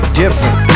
different